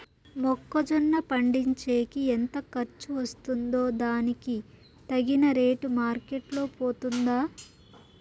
మొక్క జొన్న పండించేకి ఎంత ఖర్చు వస్తుందో దానికి తగిన రేటు మార్కెట్ లో పోతుందా?